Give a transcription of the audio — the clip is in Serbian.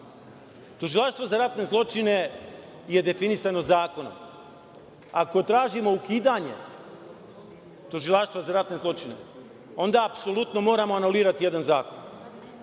Tužilaštvo za ratne zločine je definisano zakonom. Ako tražimo ukidanje Tužilaštva za ratne zločine, onda apsolutno moramo anulirati jedan zakon,